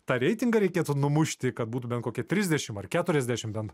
tą reitingą reikėtų numušti kad būtų bent kokia trisdešimt ar keturiasdešimt ten